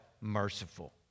merciful